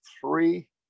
three